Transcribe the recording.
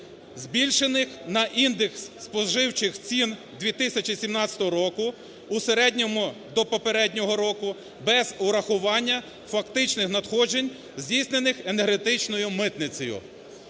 збільшених на індекс споживчих цін 2017 року у середньому до попереднього року без урахування фактичних надходжень здійснених енергетичною митницею".